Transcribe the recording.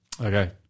Okay